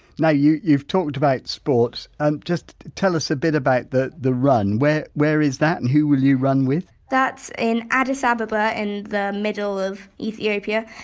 now you you've talked about sports! and just tell us a bit about the the run where. where is that and who will you run with? that's in addis ababa in the middle of ethiopia.